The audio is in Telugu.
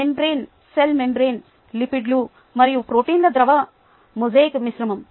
మెంబ్రేన్ సెల్ మెంబ్రేన్ లిపిడ్లు మరియు ప్రోటీన్ల ద్రవం మొజాయిక్ మిశ్రమం